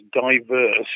diverse